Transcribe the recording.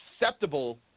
acceptable